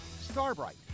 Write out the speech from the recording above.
Starbright